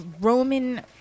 roman